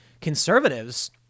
Conservatives